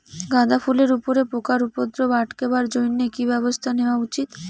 গাঁদা ফুলের উপরে পোকার উপদ্রব আটকেবার জইন্যে কি ব্যবস্থা নেওয়া উচিৎ?